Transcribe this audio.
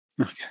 Okay